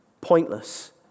pointless